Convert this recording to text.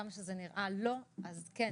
עד כמה שנראה לא אז כן.